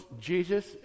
Jesus